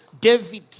David